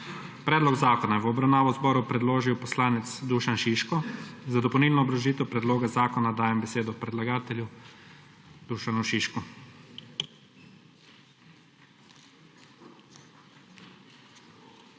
Predlog zakona je v obravnavo Državnemu zboru predložil poslanec Dušan Šiško. Za dopolnilno obrazložitev predloga zakona dajem besedo predlagatelju Dušanu Šišku.